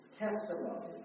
testimony